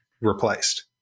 replaced